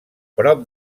prop